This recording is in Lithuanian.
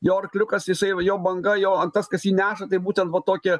jo arkliukas jisai jau jo banga jau ant tas kas jį neša tai būtent va tokie